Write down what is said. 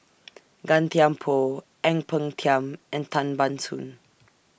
Gan Thiam Poh Ang Peng Tiam and Tan Ban Soon